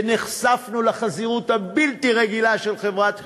ונחשפנו לחזירות הבלתי-רגילה של חברת כי"ל,